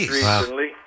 recently